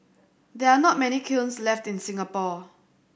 there are not many kilns left in Singapore